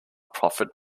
profit